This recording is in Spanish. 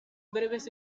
breves